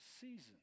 season